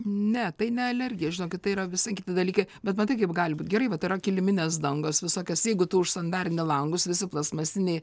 ne tai ne alergija žinokit tai yra visai kiti dalykai bet matai kaip gali būt gerai vat yra kiliminės dangos visokios jeigu tu užsandarini langus visi plastmasiniai